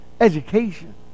education